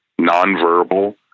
nonverbal